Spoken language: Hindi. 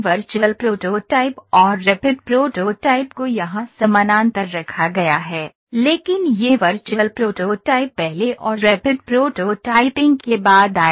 वर्चुअल प्रोटोटाइप और रैपिड प्रोटोटाइप को यहां समानांतर रखा गया है लेकिन यह वर्चुअल प्रोटोटाइप पहले और रैपिड प्रोटोटाइपिंग के बाद आएगा